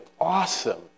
awesome